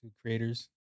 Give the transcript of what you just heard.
creators